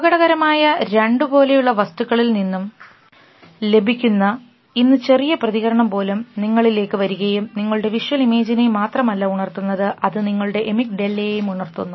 അപകടകരമായ ഞണ്ടു പോലെയുള്ള വസ്തുക്കളിൽനിന്നും ലഭിക്കുന്ന ഇന്ന് ചെറിയ പ്രതികരണം പോലും നിങ്ങളിലേക്ക് വരികയും നിങ്ങളുടെ വിഷ്വൽ ഇമേജിനെ മാത്രമല്ല ഉണർത്തുന്നത് അത് നിങ്ങളുടെ എമിക് ഡെല്ലയും ഉണർത്തുന്നു